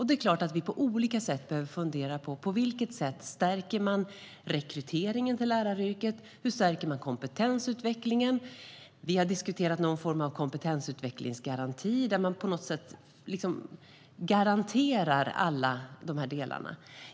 Det är klart att vi på olika sätt behöver fundera över på vilket sätt man stärker rekryteringen till läraryrket och hur man stärker kompetensutvecklingen. Vi har diskuterat någon form av kompetensutvecklingsgaranti, där man på något sätt garanterar alla de här delarna.